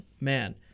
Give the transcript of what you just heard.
man